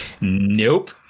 Nope